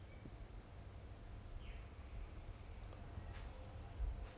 没有 leh 没有没有没有 because 他 if let's say 他七年的话 hor